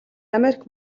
америк